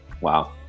Wow